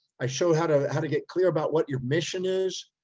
i show how to, how to get clear about what your mission is,